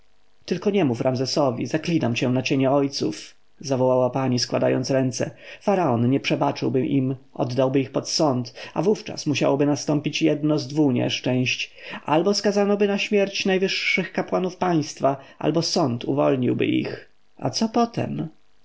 tylko nie mów ramzesowi zaklinam cię na cienie ojców zawołała pani składając ręce faraon nie przebaczyłby im oddałby ich pod sąd a wówczas musiałoby nastąpić jedno z dwu nieszczęść albo skazanoby na śmierć najwyższych kapłanów państwa albo sąd uwolniłby ich a co potem